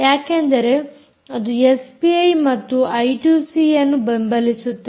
ಯಾಕೆಂದರೆ ಅದು ಎಸ್ಪಿಐ ಮತ್ತು ಐ2ಸಿಯನ್ನು ಬೆಂಬಲಿಸುತ್ತದೆ